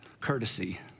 courtesy